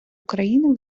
україни